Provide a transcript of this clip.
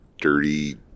dirty